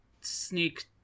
Sneak